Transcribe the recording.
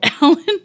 Alan